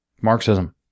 Marxism